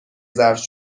ظرف